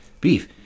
beef